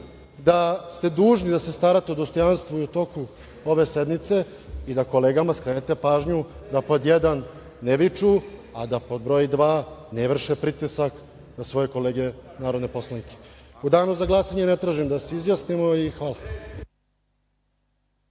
da ste dužni da se starate o dostojanstvu u toku ove sednice i da kolegama skrenete pažnju da, pod jedan, ne viču, a da, pod broj dva, ne vrše pritisak na svoje kolege narodne poslanike.U danu za glasanje ne tražim da se izjasnimo i hvala.